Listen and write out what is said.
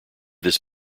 this